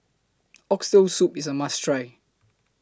Oxtail Soup IS A must Try